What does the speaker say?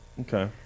Okay